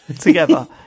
together